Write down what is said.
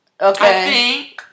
Okay